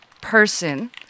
person